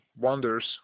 wonders